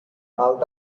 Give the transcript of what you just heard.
out